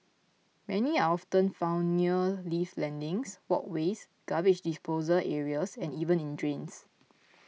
many are often found near lift landings walkways garbage disposal areas and even in drains